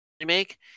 remake